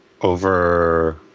over